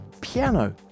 piano